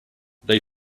they